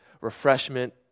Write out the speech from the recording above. refreshment